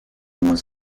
muss